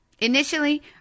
Initially